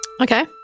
Okay